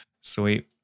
Sweet